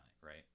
right